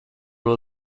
will